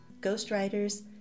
ghostwriters